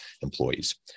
employees